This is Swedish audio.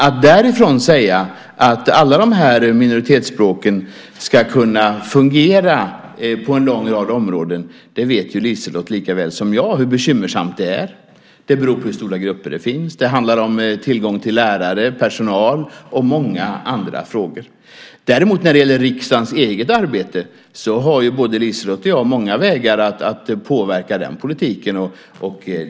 Att därifrån säga att alla de här minoritetsspråken ska kunna fungera på en lång rad områden vet Liselott lika väl som jag hur bekymmersamt det är. Det beror på hur stora grupper det finns och det handlar om tillgång till lärare och personal och många andra frågor. När det däremot gäller riksdagens eget arbete har ju både Liselott och jag många vägar att påverka politiken.